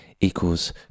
equals